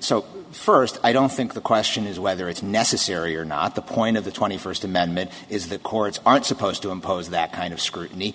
so first i don't think the question is whether it's necessary or not the point of the twenty first amendment is the courts aren't supposed to impose that kind of scrutiny